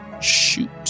Shoot